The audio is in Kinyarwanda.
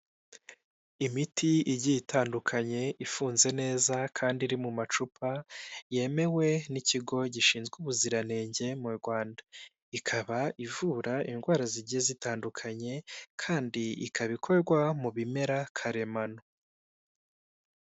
Imiti igiye itandukanye ifunze neza kandi iri mu macupa yemewe n'ikigo gishinzwe ubuziranenge mu Rwanda ikaba ivura indwara zigiye zitandukanye kandi ikaba ikorwa mu bimera karemano.